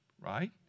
Right